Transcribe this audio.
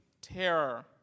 terror